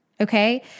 Okay